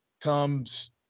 comes